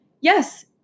yes